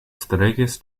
starigis